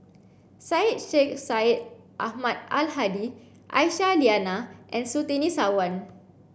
Syed Sheikh Syed Ahmad Al Hadi Aisyah Lyana and Surtini Sarwan